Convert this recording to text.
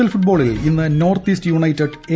L ഫുട്ബോളിൽ ഇന്ന് North East United A